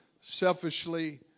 selfishly